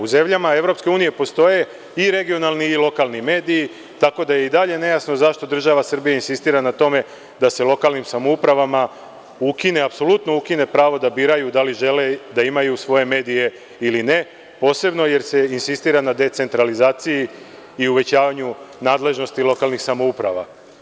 U zemljama EU postoje i regionalni i lokalni mediji, tako da je i dalje nejasno zašto država Srbija insistira na tome da se lokalnim samoupravama ukine apsolutno pravo da biraju da li žele da imaju svoje medije ili ne, posebno jer se insistira na decentralizaciji i uvećavanju nadležnosti lokalnih samouprava.